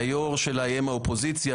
שהיו"ר שלה יהיה מהאופוזיציה,